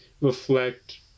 reflect